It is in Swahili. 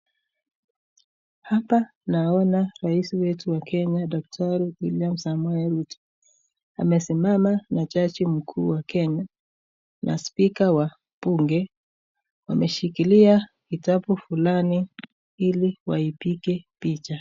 hapa naona rais wetu wa kenya dakitari William Samoi Ruto. Amesimama na jaji mkuu wa kenya na spika wa bunge, wameshikilia vitabu fulani ili waipige picha.